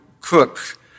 Cook